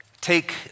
take